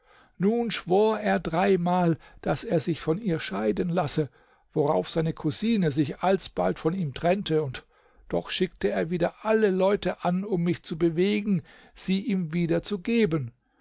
nun schwor er dreimal daß er sich von ihr scheiden lasse worauf seine cousine sich alsbald von ihm trennte und doch schickte er wieder alle leute an um mich zu bewegen sie ihm wieder zu geben